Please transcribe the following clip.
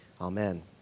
Amen